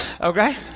Okay